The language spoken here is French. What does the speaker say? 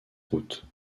route